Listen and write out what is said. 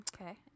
Okay